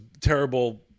terrible